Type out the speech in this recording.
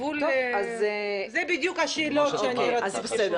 אלה בדיוק השאלות שאני רוצה לשאול.